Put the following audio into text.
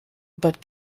but